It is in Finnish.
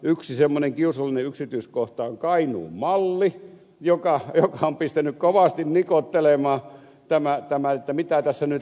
yksi semmoinen kiusallinen yksityiskohta on kainuun malli joka on pistänyt kovasti nikottelemaan että mitä tässä nyt tehdään